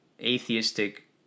atheistic